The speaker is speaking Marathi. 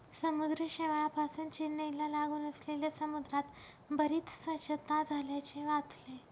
समुद्र शेवाळापासुन चेन्नईला लागून असलेल्या समुद्रात बरीच स्वच्छता झाल्याचे वाचले